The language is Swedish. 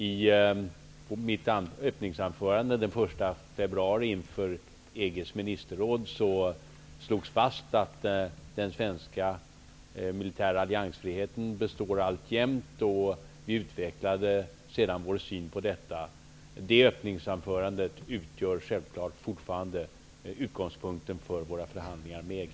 I mitt öppningsanförande inför EG:s ministerråd den 1 februari slog jag fast att den svenska militära alliansfriheten alltjämt består, och sedan utvecklades vår syn på detta. Det öppningsanförandet utgör självfallet fortfarande utgångspunkten för våra förhandlingar med EG.